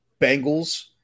Bengals